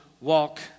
walk